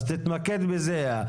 אז תתמקד בזה.